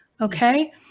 okay